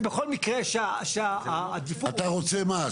אתה רוצה מה?